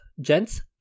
Gents